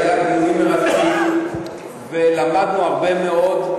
שהיו דיונים מרתקים ולמדנו הרבה מאוד,